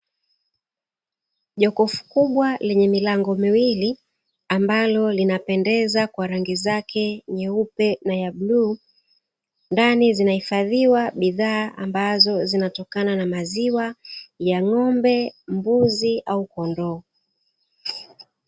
Jokofu kubwa lenye milango miwili ambalo linapendeza kwa rangi zake nyeupe na ya bluu, ndani zinahifadhiwa bidhaa ambazo zinatokana na maziwa ya ng'ombe, mbuzi au kondoo.